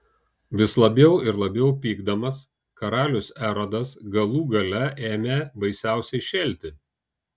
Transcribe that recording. vis labiau ir labiau pykdamas karalius erodas galų gale ėmė baisiausiai šėlti